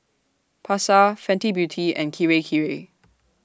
Pasar Fenty Beauty and Kirei Kirei